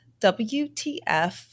WTF